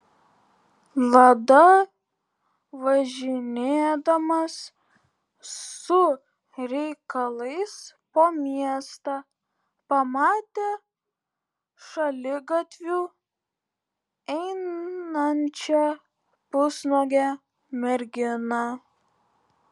lada važinėdamas su reikalais po miestą pamatė šaligatviu einančią pusnuogę merginą